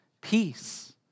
peace